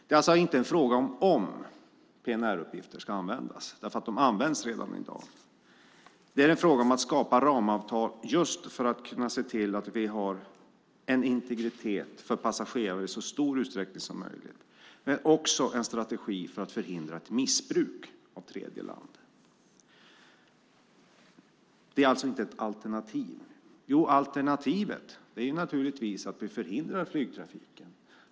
Det är alltså inte en fråga om PNR-uppgifter ska användas, för de används redan i dag. Det är i stället en fråga om att skapa ramavtal just för att kunna se till att vi i så stor utsträckning som möjligt har ett integritetsskydd för passagerare och också en strategi för att förhindra missbruk från tredjeland. Alternativet är naturligtvis att vi förhindrar flygtrafiken.